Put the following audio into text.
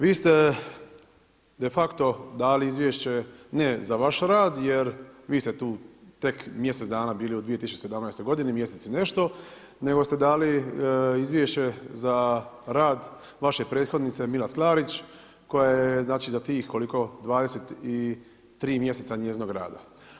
Vi ste de facto dali izvješće ne za vaš rad jer vi ste tu tek mjesec dana bili u 2017. godini mjesec i nešto nego ste dali izvješće za rad vaše prethodnice Milas Klarić koja je za tih koliko 23 mjeseca njezinog rada.